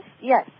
Yes